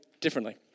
differently